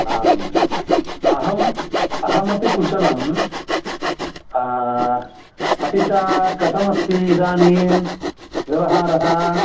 आम् अहम् अहमपि कुशलम् अपि च कथमस्ति इदानीं व्यवहारः